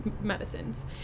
medicines